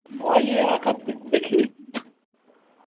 आइए आकर दे देखिए